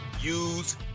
use